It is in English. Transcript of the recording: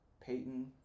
Payton